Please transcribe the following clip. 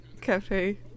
Cafe